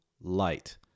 light